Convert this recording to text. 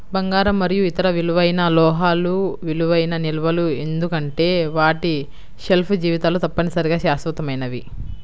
బంగారం మరియు ఇతర విలువైన లోహాలు విలువైన నిల్వలు ఎందుకంటే వాటి షెల్ఫ్ జీవితాలు తప్పనిసరిగా శాశ్వతమైనవి